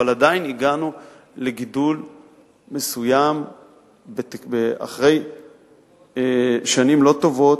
אבל הגענו לגידול מסוים אחרי שנים לא טובות